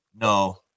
No